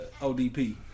ODP